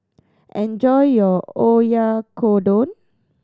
enjoy your Oyakodon